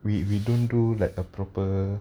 we we don't do like a proper